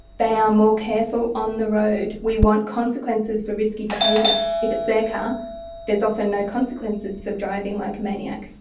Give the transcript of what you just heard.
they are more careful on the road. we want consequences for risky behaviour. if it's their car there is often no consequences for driving like a maniac.